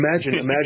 imagine